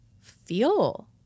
feel